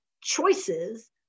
choices